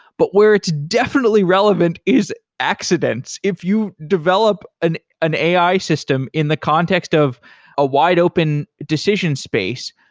but where it's definitely relevant is accidents. if you develop an an ai system in the context of a wide open decision space,